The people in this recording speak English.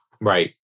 Right